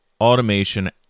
automation